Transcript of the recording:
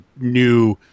new